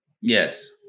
Yes